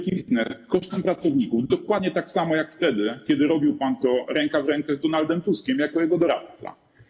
kosztem pracowników, dokładnie tak samo jak wtedy, kiedy robił pan to ręka w rękę z Donaldem Tuskiem jako jego doradca.